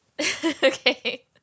Okay